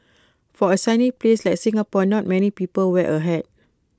for A sunny place like Singapore not many people wear A hat